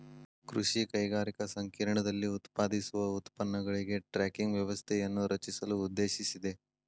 ಕೃಷಿ ಕೈಗಾರಿಕಾ ಸಂಕೇರ್ಣದಲ್ಲಿ ಉತ್ಪಾದಿಸುವ ಉತ್ಪನ್ನಗಳಿಗೆ ಟ್ರ್ಯಾಕಿಂಗ್ ವ್ಯವಸ್ಥೆಯನ್ನು ರಚಿಸಲು ಉದ್ದೇಶಿಸಿದೆ